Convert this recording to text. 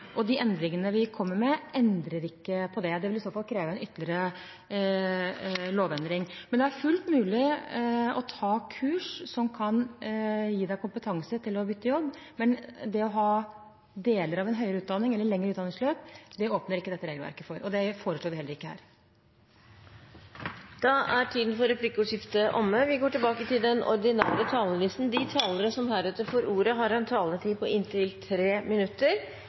og de endringene vi kommer med, endrer ikke på det. Det ville i så fall kreve en ytterligere lovendring. Men det er fullt mulig å ta kurs som kan gi kompetanse til å bytte jobb. Det å ta deler av en høyere utdanning eller et lengre utdanningsløp åpner ikke dette regelverket for, og det foreslår vi heller ikke her. Replikkordskiftet er omme. De talere som heretter får ordet, har en taletid på inntil 3 minutter.